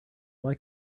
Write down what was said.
like